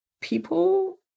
people